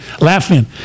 laughing